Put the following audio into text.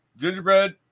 Gingerbread